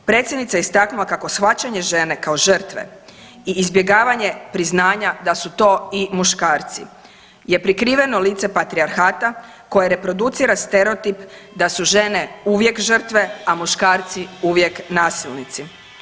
Predsjednica je istaknula kako shvaćanje žene kao žrtve i izbjegavanje priznanja da su to i muškarci je prikriveno lice patrijarhata koje reproducira stereotip da su žene uvijek žrtve a muškarci uvijek nasilnici.